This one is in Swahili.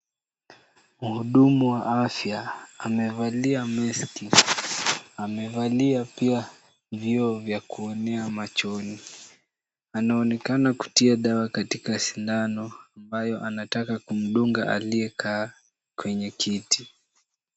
Mhudumu wa afya amevalia maski, amevalia pia vioo vya kuonea machoni. Anaonekana kutia dawa katika sindano ambayo anataka kumdunga aliyekaa kwenye kiti.